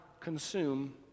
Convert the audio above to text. consume